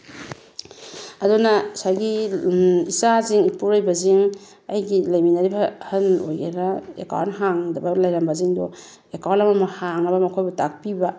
ꯑꯗꯨꯅ ꯉꯁꯥꯏꯒꯤ ꯏꯆꯥꯁꯤꯡ ꯏꯄꯨꯔꯣꯏꯕꯁꯤꯡ ꯑꯩꯒꯤ ꯂꯩꯃꯤꯟꯅꯔꯤꯕ ꯑꯍꯜ ꯑꯣꯏꯒꯦꯔꯥ ꯑꯦꯀꯥꯎꯟ ꯍꯥꯡꯗꯕ ꯂꯩꯔꯝꯕꯁꯤꯡꯗꯣ ꯑꯦꯀꯥꯎꯟ ꯑꯃꯃꯝ ꯍꯥꯡꯅꯕ ꯃꯈꯣꯏꯕꯨ ꯇꯥꯛꯄꯤꯕ